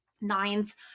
Nines